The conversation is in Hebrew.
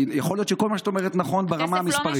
יכול להיות שכל מה שאת אומרת נכון ברמה המספרית,